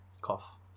Cough